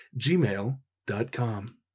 gmail.com